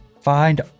Find